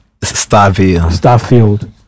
Starfield